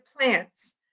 plants